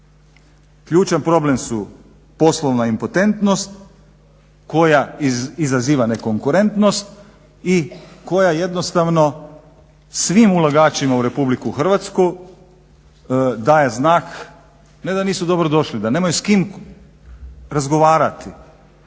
Ključan problem su poslovna impotentnost koja izaziva nekonkurentnost i koja jednostavno svim ulagačima u RH daje znak ne da nisu dobrodošli, da nemaju s kim razgovarati.